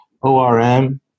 ORM